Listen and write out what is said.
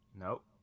Nope